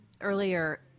earlier